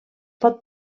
pot